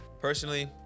Personally